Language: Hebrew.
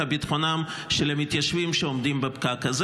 ביטחונם של המתיישבים שעומדים בפקק הזה.